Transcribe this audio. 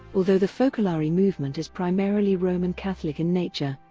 although the focolare movement is primarily roman catholic in nature,